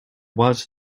was